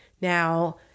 Now